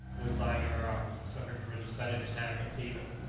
who was lying in her arms, suffering from a decided attack of fever.